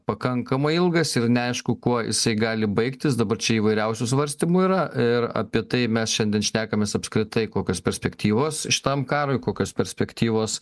pakankamai ilgas ir neaišku kuo jisai gali baigtis dabar čia įvairiausių svarstymų yra ir apie tai mes šiandien šnekamės apskritai kokios perspektyvos šitam karui kokios perspektyvos